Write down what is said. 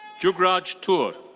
jugraj toor.